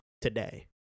today